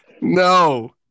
No